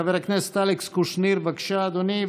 חבר הכנסת אלכס קושניר, בבקשה, אדוני.